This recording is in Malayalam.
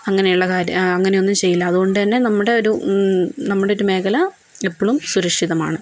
അങ്ങനെയുള്ള കാര്യം അങ്ങനെയൊന്നും ചെയ്യില്ല അതുകൊണ്ട് തന്നെ നമ്മുടെ ഒരു നമ്മുടെ ഒരു മേഖല എപ്പോഴും സുരക്ഷിതമാണ്